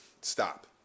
Stop